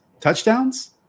touchdowns